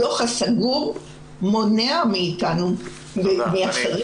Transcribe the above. הדוח הסגור מונע מאיתנו להפיץ ידע,